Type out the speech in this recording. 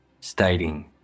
stating